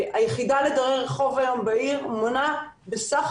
היחידה לדיירי רחוב היום בעיר מונה בסה"כ